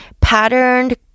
patterned